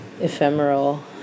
ephemeral